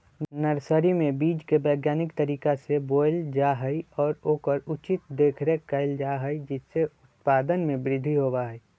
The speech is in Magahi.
नर्सरी में बीज के वैज्ञानिक तरीका से बोयल जा हई और ओकर उचित देखरेख कइल जा हई जिससे उत्पादन में वृद्धि होबा हई